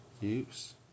use